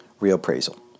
reappraisal